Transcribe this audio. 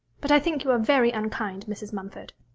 but i think you are very unkind, mrs. mumford